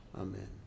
Amen